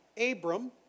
Abram